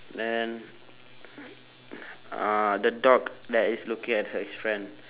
then uh the dog that is looking at his friend